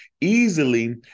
easily